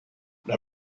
las